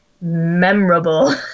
memorable